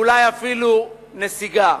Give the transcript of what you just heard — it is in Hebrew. ואולי אפילו נסיגה.